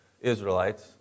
Israelites